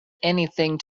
anything